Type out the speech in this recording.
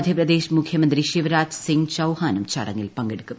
മദ്ധ്യപ്രദേശ് മുഖ്യമന്ത്രി ശിവരാജ് ്സിക്ഗ് ചൌഹാനും ചടങ്ങിൽ പങ്കെടുക്കും